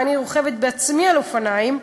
ואני רוכבת בעצמי על אופניים,